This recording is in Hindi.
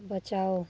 बचाओ